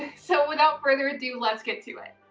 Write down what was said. so without further ado, let's get to it.